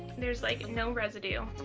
there's like no residue